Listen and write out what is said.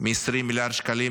מ-20 מיליארד שקלים,